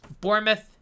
bournemouth